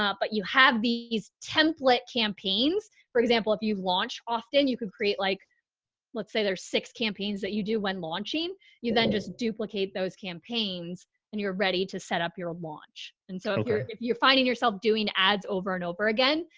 but you have these template campaigns. for example, if you've launched, often you can create like let's say there's six campaigns that you do when launching you then just duplicate those campaigns and you're ready to set up your launch. and so if you're, if you're finding yourself doing ads over and over again,